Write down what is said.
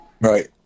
right